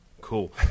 cool